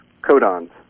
codons